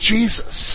Jesus